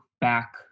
back